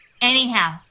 anyhow